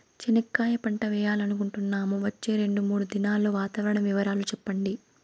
చెనక్కాయ పంట వేయాలనుకుంటున్నాము, వచ్చే రెండు, మూడు దినాల్లో వాతావరణం వివరాలు చెప్పండి?